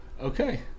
Okay